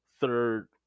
third